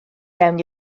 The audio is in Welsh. mewn